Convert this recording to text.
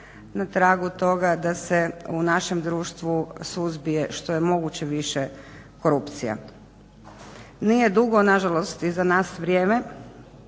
na tragu toga da se u našem društvu suzbije što je moguće više korupcija. Nije dugo, nažalost iza nas vrijeme